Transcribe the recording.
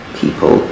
people